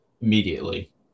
immediately